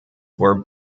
were